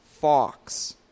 Fox